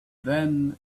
then